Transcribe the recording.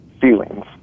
feelings